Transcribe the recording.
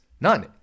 none